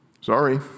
Sorry